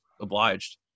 obliged